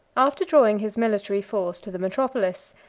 after drawing his military force to the metropolis,